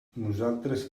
nosaltres